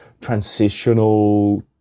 transitional